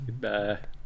Goodbye